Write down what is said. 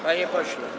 Panie pośle.